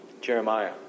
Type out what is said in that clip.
Jeremiah